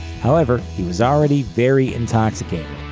however, he was already very intoxicated,